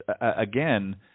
again